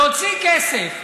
להוציא כסף.